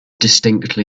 distinctly